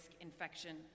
infection